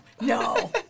No